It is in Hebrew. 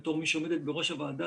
כמי שעומדת בראש הוועדה,